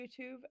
YouTube